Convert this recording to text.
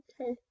okay